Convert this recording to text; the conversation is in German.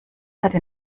hatte